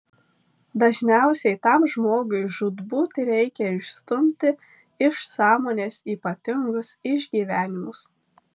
dažniausiai tam žmogui žūtbūt reikia išstumti iš sąmonės ypatingus išgyvenimus